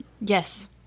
Yes